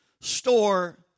store